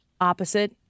opposite